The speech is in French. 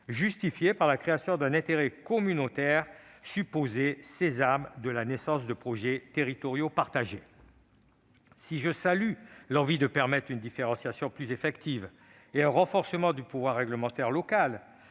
justifié par la création d'un « intérêt communautaire », sésame supposé de la naissance de projets territoriaux partagés. Si je salue le souhait de permettre une différenciation plus effective et un renforcement du pouvoir réglementaire local,